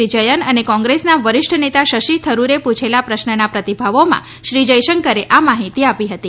વિજયન અને કોંગ્રેસના વરિષ્ઠ નેતા શશી થરૂરે પૂછેલા પ્રશ્નના પ્રતિભાવોમાં શ્રી જયશંકરે આ માહિતી આપી હતી